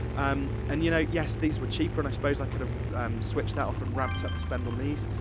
um and, you know, yes, these were cheaper, and i suppose i could have switched out from ramped up to spend on these.